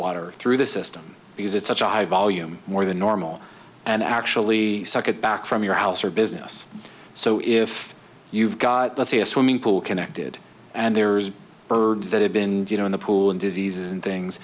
water through the system because it's such a high volume more than normal and actually suck it back from your house or business so if you've got that see a swimming pool connected and there's birds that have been you know in the pool and diseases and things